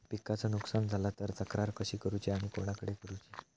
पिकाचा नुकसान झाला तर तक्रार कशी करूची आणि कोणाकडे करुची?